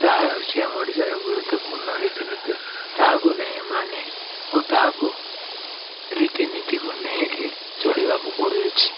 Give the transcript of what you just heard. ତାହା ହେଉଛିି ଆମ ଓଡ଼ିଶାର ଗୁରୁତ୍ୱପୂର୍ଣ୍ଣ ରୀତିନୀତି ତାହାକୁ ନେଇ ମାନି ଓ ତାହାକୁ ରୀତିନୀତିକୁ ନେଇକି ଚଳିବାକୁ ପଡ଼ଅଛି